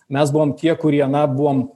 mes buvom tie kurie na buvom